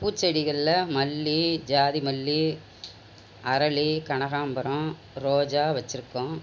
பூச்செடிகளில் மல்லிகை ஜாதி மல்லிகை அரளி கனகாம்பரம் ரோஜா வச்சுருக்கோம்